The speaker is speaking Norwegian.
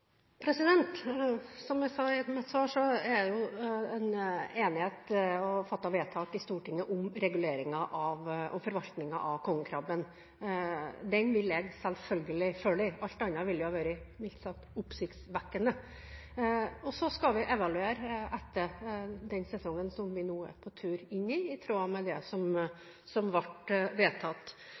Som jeg sa i mitt svar, er det enighet og det er fattet vedtak i Stortinget om reguleringen og forvaltningen av kongekrabben. Det vil jeg selvfølgelig følge. Alt annet ville vært mildt sagt oppsiktsvekkende. Så skal vi evaluere etter den sesongen vi nå er på vei inn i, i tråd med det som ble vedtatt.